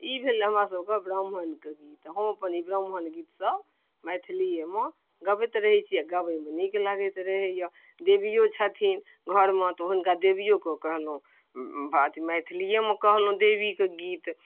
ई भेलै हमरा सबके ब्राह्मणके गीत हम अपन ब्राह्मण गीतसँ मैथिलियेमे गबैत रहै छी आओर गबैेमे नीक लागैत रहैय देबियो छथिन घरमे तऽ हुनका देबियोके कहलहुँ अथी मैथिलियेमे कहलहुँ देबीके गीत